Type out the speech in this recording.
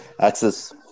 access